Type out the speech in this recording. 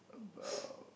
about